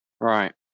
Right